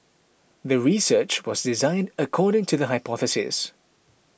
the research was designed according to the hypothesis